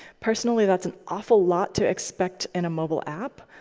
personally, that's an awful lot to expect in a mobile app.